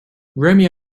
romeo